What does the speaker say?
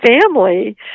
family